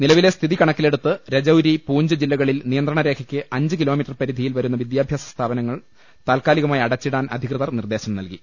നിലവിലെ സ്ഥിതി കണക്കിലെടുത്ത് രജൌരി പൂഞ്ച് ജില്ലകളിൽ നിയന്ത്രണ രേഖയ്ക്ക് അഞ്ച് കിലോമീറ്റർ പരിധിയിൽ വരുന്ന വിദ്യാ ഭ്യാസ സ്ഥാപനങ്ങൾ താൽക്കാലികമായി അടച്ചിടാൻ അധികൃതർ നിർദേശം നൽകി